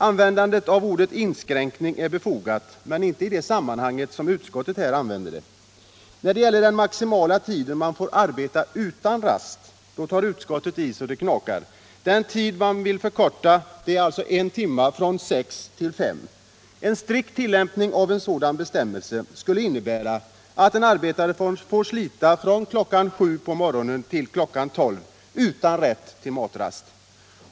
Användandet av ordet inskränkningar är befogat, men inte i det sammanhang som utskottet här använder det i. När det gäller den maximala tid man får arbeta utan rast tar utskottet i så att det knakar. Den tiden vill man förkorta med en hel timme — från sex till fem timmar. En strikt tillämpning av en sådan bestämmelse skulle innebära att en arbetare skulle få slita från kl. 7 till kl. 12 utan rätt till matrast.